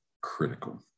critical